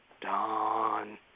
Dawn